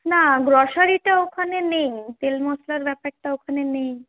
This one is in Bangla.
না গ্রসারিটা ওখানে নেই তেল মশলার ব্যাপারটা ওখানে নেই